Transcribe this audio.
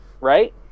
right